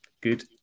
Good